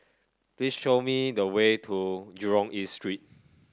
please show me the way to Jurong East Street